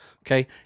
okay